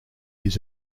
his